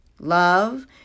Love